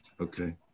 okay